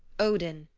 odin,